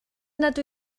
nad